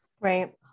Right